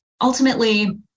ultimately